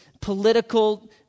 political